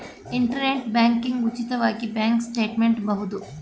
internet banking ಉಚಿತವಾಗಿ bank statement ಬಹುದು